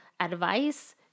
advice